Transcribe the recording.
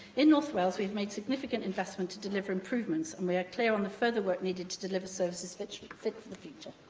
in north wales, we've made significant investment to deliver improvements and we are clear on the further work needed to deliver services fit yeah fit for the future.